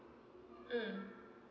mm